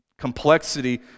Complexity